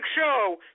show